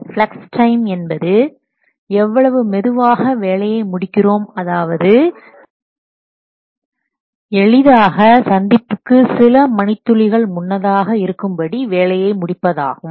flux time என்பது எவ்வளவு மெதுவாக வேலையை முடிக்கிறோம் அதாவது எளிதாக சந்திப்புக்கு சில மணித்துளிகள் முன்னதாக இருக்கும்படி வேலையை முடிப்பது ஆகும்